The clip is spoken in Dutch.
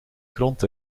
grond